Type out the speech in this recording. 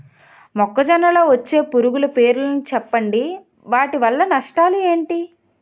మొక్కజొన్న లో వచ్చే పురుగుల పేర్లను చెప్పండి? వాటి వల్ల నష్టాలు ఎంటి?